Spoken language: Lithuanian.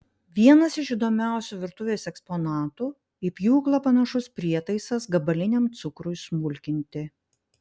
vienas iš įdomiausių virtuvės eksponatų į pjūklą panašus prietaisas gabaliniam cukrui smulkinti